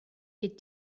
could